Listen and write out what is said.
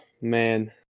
man